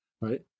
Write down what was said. right